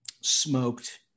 smoked